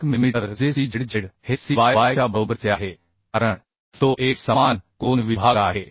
1 millimetre जे c z z हे c y y च्या बरोबरीचे आहे कारण तो एक समान कोन विभाग आहे